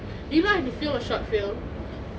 do you know I have to film a short film